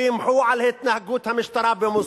שימחו על התנהגות המשטרה במוסמוס.